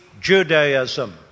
Judaism